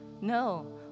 No